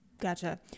Gotcha